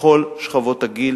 בכל שכבות הגיל,